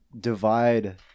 divide